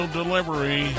delivery